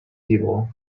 evil